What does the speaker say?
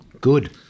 Good